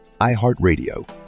iHeartRadio